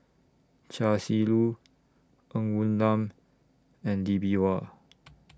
Chia Shi Lu Ng Woon Lam and Lee Bee Wah